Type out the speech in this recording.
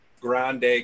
grande